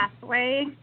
pathway